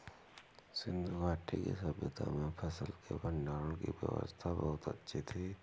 सिंधु घाटी की सभय्ता में फसल के भंडारण की व्यवस्था बहुत अच्छी थी